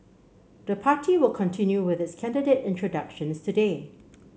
the party will continue with its candidate introductions today